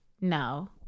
no